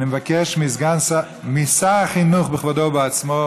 אני מבקש משר החינוך בכבודו ובעצמו,